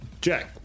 Jack